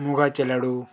मुगाचे लाडू